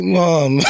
mom